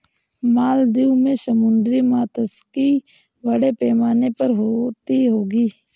मालदीव में समुद्री मात्स्यिकी बड़े पैमाने पर होती होगी